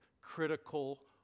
critical